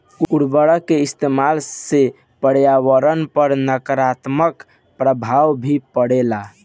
उर्वरक के इस्तमाल से पर्यावरण पर नकारात्मक प्रभाव भी पड़ेला